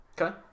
Okay